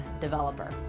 developer